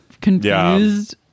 confused